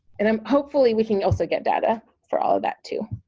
and um hopefully we can also get data for all of that too.